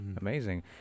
Amazing